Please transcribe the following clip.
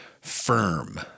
firm